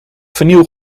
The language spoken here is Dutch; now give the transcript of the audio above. vinyl